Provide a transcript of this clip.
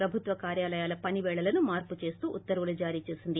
ప్రభాత్వ కార్యాలయాల పనిపేళలను మార్పు చేస్తూ ఉత్తర్వులు జారీ చేసింది